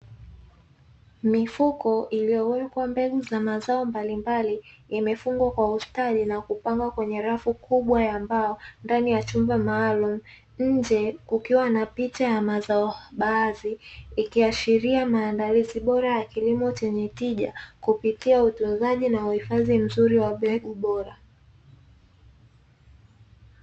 mifuko iliyowekwa mbegu za mazao mbalimbali imefungwa kwa ustadi na kupangwa kwenye rafu kubwa ya mbao ndani ya chumba mbaalumu .nje kukiwa na picha ya mazao baadhi ikiashiria maandalizi bora ya kilimo chenye tija kupitia utunzaji na uhifadhi mzuru wa mbegu bora.